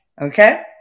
Okay